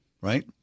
right